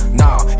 nah